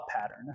pattern